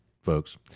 Folks